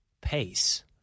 pace